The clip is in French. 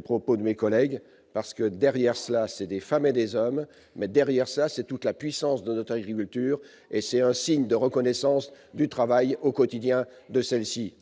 propos de mes collègues, parce que, derrière cela, il y a des femmes et des hommes et il y a toute la puissance de notre agriculture. C'est un signe de reconnaissance du travail quotidien de celle-ci.